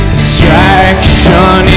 Distraction